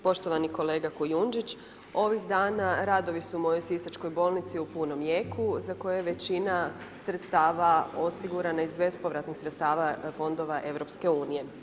Poštovani kolega Kujundžić, ovih dana radovi su u mojoj Sisačkoj bolnici u punom jeku za koje većina sredstava osigurana iz bespovratnih sredstava fondova EU.